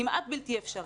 כמעט בלתי אפשרי.